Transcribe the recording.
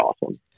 awesome